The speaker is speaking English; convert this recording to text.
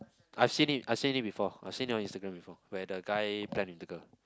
I've seen it I seen it before I seen your Instagram before where the guy plan with the girl